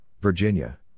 Virginia